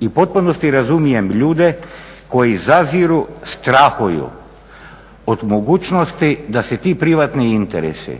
u potpunosti razumijem ljudi koji zaziru, strahuju od mogućnosti da se ti privatni interesi